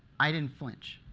i didn't flinch.